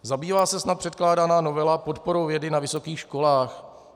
Zabývá se snad předkládaná novela podporou vědy na vysokých školách?